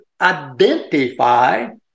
identify